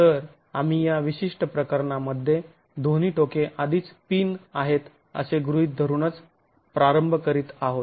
तर आम्ही या विशिष्ट प्रकरणांमध्ये दोन्ही टोके आधीच पिन आहेत असे गृहीत धरूनच प्रारंभ करीत आहोत